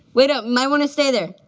wait up. might want to stay there.